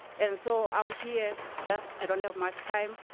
and so, i'm here just, i don't have much time,